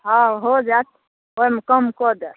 हँ हो जाएत ओहिमे कम कऽ देब